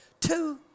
two